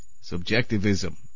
Subjectivism